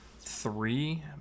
three